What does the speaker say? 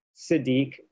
Sadiq